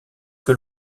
que